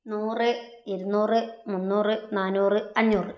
നൂറ് ഇരുനൂറ് മുന്നൂറ് നാനൂറ് അഞ്ഞൂറ്